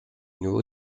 nouveau